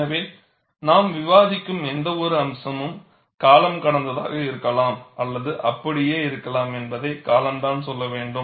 எனவே நாம் விவாதிக்கும் எந்தவொரு அம்சமும் காலம் கடந்ததாக இருக்கலாம் அல்லது அப்படியே இருக்கலாம் என்பதை காலம் தான் சொல்ல வேண்டும்